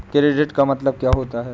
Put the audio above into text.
Credit का मतलब क्या होता है?